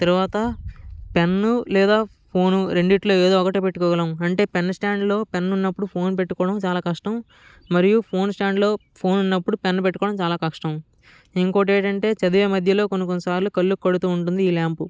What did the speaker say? తరువాత పెన్ లేదా ఫోన్ రెండిటిలో ఎదో ఒకటి పెట్టుకోగలము అంటే పెన్ స్టాండులో పెన్ ఉన్నప్పుడు ఫోన్ పెట్టుకోవడం చాలా కష్టం మరియు ఫోన్ స్టాండులో ఫోన్ ఉన్నప్పుడు పెన్ పెట్టుకోవడం చాలా కష్టం ఇంకొకటి ఏంటంటే అంటే చదివే మధ్యలో కొన్ని కొన్ని సార్లు కళ్ళకి కొడుతూ ఉంటుంది ఈ ల్యాంపు